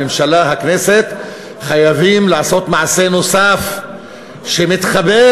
הממשלה והכנסת חייבות לעשות מעשה נוסף שמתחבר